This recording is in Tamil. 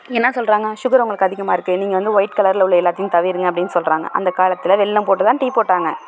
என்ன சொல்கிறாங்க சுகர் உங்களுக்கு அதிகமாக இருக்கு நீங்கள் வந்து ஒயிட் கலரில் உள்ள எல்லாத்தையும் தவிருங்கள் அப்படினு சொல்கிறாங்க அந்த காலத்தில் வெல்லம் போட்டு தான் டீ போட்டாங்க